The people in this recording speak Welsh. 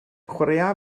chwaraea